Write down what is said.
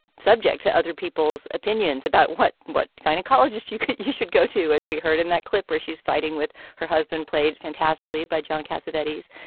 subject to other people's opinions about what what a gynecologist you you should go to as we heard in that clip where she's fighting with her husband played fantastically by john cassavetes.